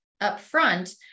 upfront